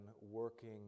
working